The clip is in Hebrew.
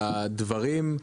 על הדברים,